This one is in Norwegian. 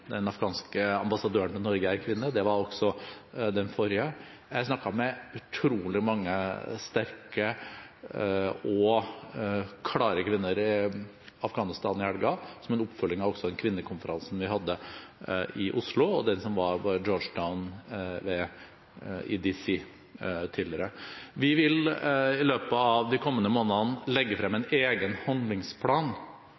den afghanske ambassadøren til Norge er kvinne – det var også den forrige. Jeg snakket med utrolig mange sterke og klare kvinner i Afghanistan i helgen, som en oppfølging av også den kvinnekonferansen vi hadde i Oslo, og den som var i Georgetown i D.C. tidligere. Vi vil i løpet av de kommende månedene legge frem en